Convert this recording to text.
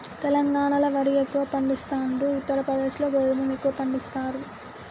తెలంగాణాల వరి ఎక్కువ పండిస్తాండ్రు, ఉత్తర ప్రదేశ్ లో గోధుమలను ఎక్కువ పండిస్తారు